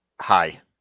Hi